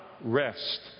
rest